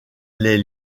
lès